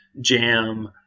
jam